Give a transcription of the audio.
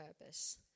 purpose